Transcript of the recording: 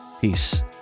peace